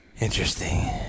Interesting